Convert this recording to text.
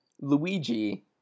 Luigi